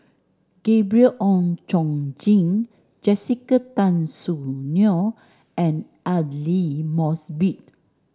Gabriel Oon Chong Jin Jessica Tan Soon Neo and Aidli Mosbit